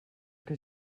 que